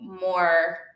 more